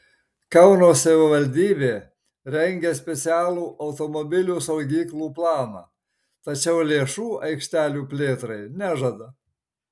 kauno savivaldybė rengia specialų automobilių saugyklų planą tačiau lėšų aikštelių plėtrai nežada